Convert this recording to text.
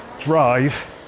drive